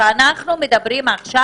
כשאנחנו מדברים עכשיו,